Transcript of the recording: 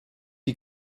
die